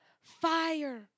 fire